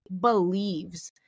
believes